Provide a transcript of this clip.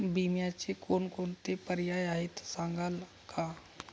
विम्याचे कोणकोणते पर्याय आहेत सांगाल का?